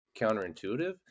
counterintuitive